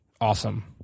awesome